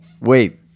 wait